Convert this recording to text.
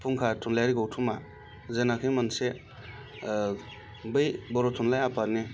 फुंखा थुनलायारि गौथुमा जेनाखि मोनसे बै बर' थुनलाइ आफादनि